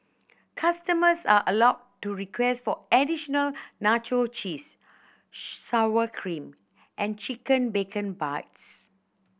customers are allowed to request for additional nacho cheese sour cream and chicken bacon bits